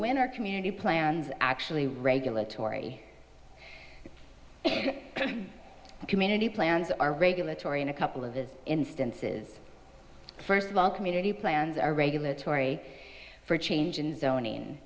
when our community plans actually regulatory community plans are regulatory in a couple of his instances first of all community plans are regulatory for change in zon